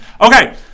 Okay